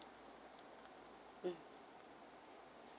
mm